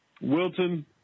Wilton